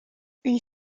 une